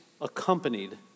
accompanied